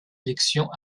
élection